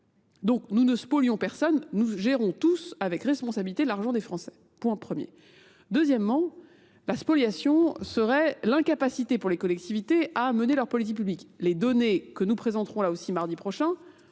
Donc nous ne spolions personne, nous gérons tous avec responsabilité l'argent des français. Point premier. Deuxièmement, la spoliation serait l'incapacité pour les collectivités à amener leur politique publique. Les données que nous présenterons là aussi mardi prochain